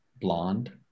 blonde